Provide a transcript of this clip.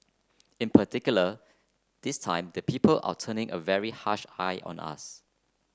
in particular this time the people are turning a very harsh eye on us